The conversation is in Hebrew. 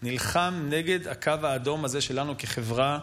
נלחם נגד הקו האדום הזה שלנו כחברה,